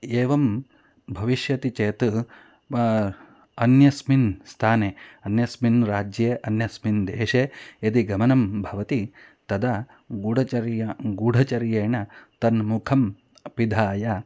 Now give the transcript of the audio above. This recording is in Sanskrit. एवं भविष्यति चेत् अन्यस्मिन् स्थाने अन्यस्मिन् राज्ये अन्यस्मिन् देशे यदि गमनं भवति तदा गूढचर्या गूढचर्यया तन्मुखं पिधाय